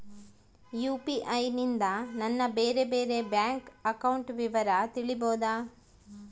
UPI ನಿಂದ ನನ್ನ ಬೇರೆ ಬೇರೆ ಬ್ಯಾಂಕ್ ಅಕೌಂಟ್ ವಿವರ ತಿಳೇಬೋದ?